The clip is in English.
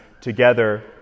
together